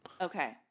Okay